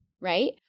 right